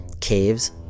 caves